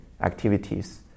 activities